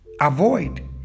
avoid